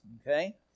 okay